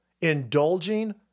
indulging